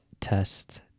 test